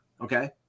Okay